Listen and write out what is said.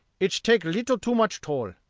ich take leetle too much toll.